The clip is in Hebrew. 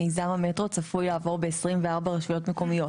מיזם המטרו צפוי לעבור בכ-24 רשויות מקומיות.